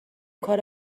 کار